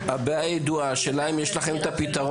הבעיה ידועה, השאלה היא אם יש לכם את הפתרון.